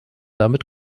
damit